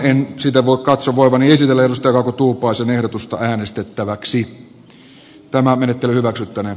en siten katso voivani esitellä kauko tuupaisen ehdotusta äänestettäväksi